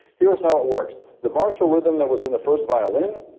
here's how it works. the marshal rhythm that was in the first violin